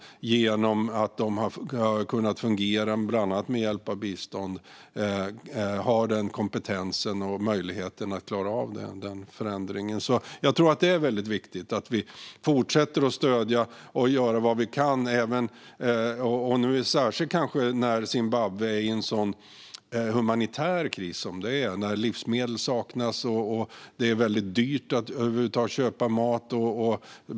Genom att de har kunnat fungera bland annat med hjälp av bistånd har de kompetens och möjlighet att klara av den förändringen. Det är väldigt viktigt att vi fortsätter att stödja och göra vad vi kan. Det gäller särskilt nu när Zimbabwe är i en sådan humanitär kris som det är. Livsmedel saknas, och det är väldigt dyrt att över huvud taget köpa mat.